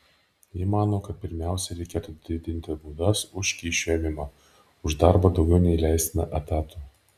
ji mano kad pirmiausia reikėtų didinti baudas už kyšių ėmimą už darbą daugiau nei leistina etatų